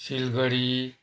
Siliguri